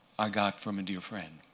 i got from a dear friend.